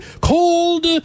cold